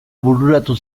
bururatu